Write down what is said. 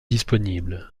disponible